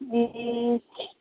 ए